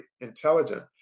intelligent